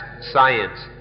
science